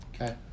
Okay